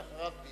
ואחריו,